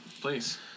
please